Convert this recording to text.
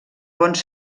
bons